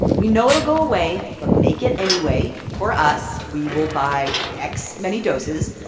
we know it'll go away, but make it anyway for us. we will buy x many doses.